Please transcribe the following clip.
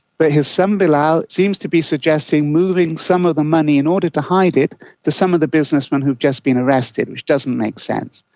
but his son bilal seems to be suggesting moving some of the money in order to hide it to some of the businessmen who have just been arrested, which doesn't make sense.